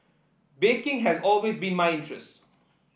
baking has always been my interest